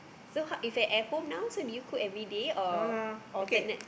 so how if at at home now so do you cook everyday or alternate